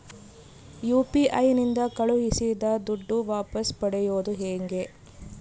UPI ನಿಂದ ಕಳುಹಿಸಿದ ದುಡ್ಡು ವಾಪಸ್ ಪಡೆಯೋದು ಹೆಂಗ?